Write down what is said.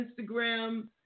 Instagram